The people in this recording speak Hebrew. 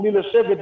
בלי לשבת,